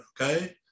Okay